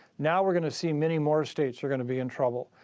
now we're going to see many more states are going to be in trouble.